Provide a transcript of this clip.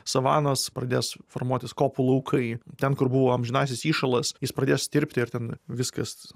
savanos pradės formuotis kopų laukai ten kur buvo amžinasis įšalas jis pradės tirpti ir ten viskas